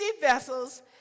vessels